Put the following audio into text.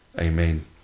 Amen